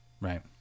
Right